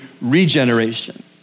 regeneration